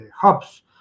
hubs